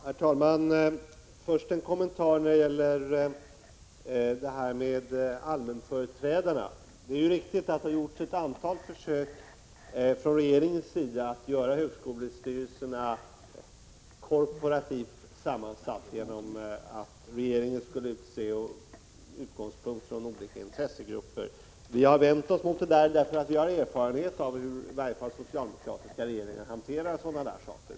Herr talman! Först en kommentar om allmänföreträdarna. Det är riktigt att det har gjorts ett antal försök från regeringens sida att göra högskolestyrelserna korporativt sammansatta, genom att regeringen skulle utse dem med utgångspunkt i olika intressegrupper. Vi har vänt oss emot det där, därför att vi har erfarenhet av hur i varje fall socialdemokratiska regeringar hanterar sådana saker.